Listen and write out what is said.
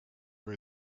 kui